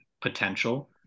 potential